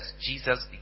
Jesus